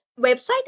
website